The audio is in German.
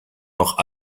noch